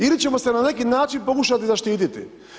Ili ćemo se na neki način pokušati zaštititi?